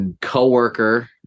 co-worker